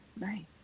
Right